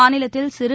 மாநிலத்தில் சிறு